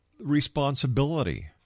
responsibility